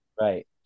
Right